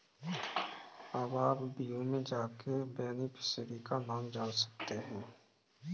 अब आप व्यू में जाके बेनिफिशियरी का नाम जान सकते है